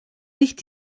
nicht